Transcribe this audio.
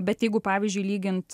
bet jeigu pavyzdžiui lygint